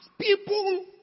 people